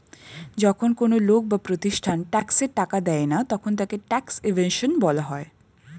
যখন কোন লোক বা প্রতিষ্ঠান ট্যাক্সের টাকা দেয় না তখন তাকে ট্যাক্স ইভেশন বলা হয়